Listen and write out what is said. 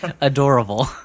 adorable